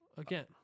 again